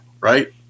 Right